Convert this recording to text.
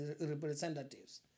Representatives